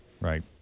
right